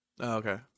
Okay